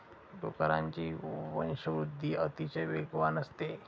डुकरांची वंशवृद्धि अतिशय वेगवान असते